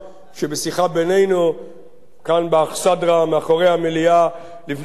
בינינו כאן באכסדרה מאחורי המליאה לפני כחודש ימים